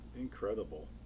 Incredible